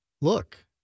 Look